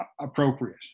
appropriate